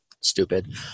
stupid